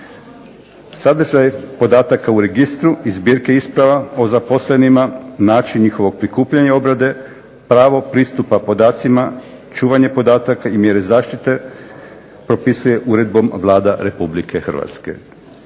"Sadržaj podataka u registru i zbirke isprava o zaposlenima način njihovog prikupljanja obrade, pravo pristupa podacima, čuvanje podataka i mjere zaštite propisuje uredbom Vlada Republike Hrvatske".